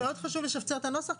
מאוד חשוב לשפצר את הנוסח,